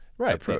Right